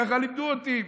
ככה לימדו אותי,